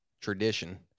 tradition